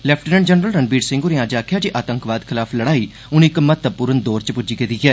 lieutenant general Ranbir Singh होरें अज्ज आखेआ जे आतंकवाद खलाफ लड़ाई हून इक महत्वपूर्ण दौर च पुज्जी गेदी ऐ